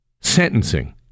sentencing